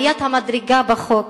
עליית המדרגה בחוק,